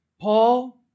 Paul